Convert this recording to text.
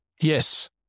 yes